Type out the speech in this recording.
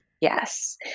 Yes